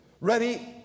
Ready